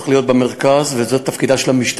צריך להיות במרכז, וזה תפקידה של המשטרה.